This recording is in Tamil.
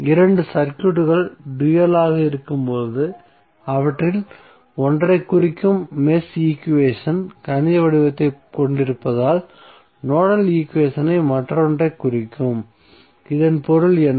இரண்டு சர்க்யூட்கள் டூயல் ஆக இருக்கும்போது அவற்றில் ஒன்றைக் குறிக்கும் மெஷ் ஈக்குவேஷன் கணித வடிவத்தை கொண்டிருப்பதால் நோடல் ஈக்குவேஷன் மற்றொன்றைக் குறிக்கும் இதன் பொருள் என்ன